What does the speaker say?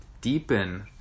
deepen